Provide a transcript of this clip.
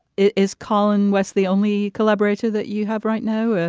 is colin west the only collaborator that you have right now?